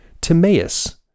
Timaeus